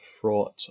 fraught